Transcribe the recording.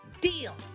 Deal